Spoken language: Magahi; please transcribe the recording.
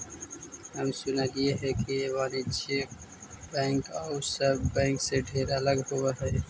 हम सुनलियई हे कि वाणिज्य बैंक आउ सब बैंक से ढेर अलग होब हई